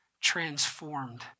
transformed